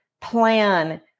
plan